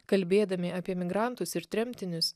kalbėdami apie migrantus ir tremtinius